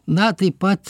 na taip pat